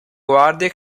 guardie